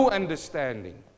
understanding